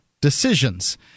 decisions